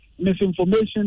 misinformation